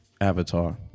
Avatar